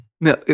No